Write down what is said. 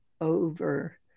over